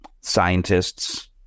scientists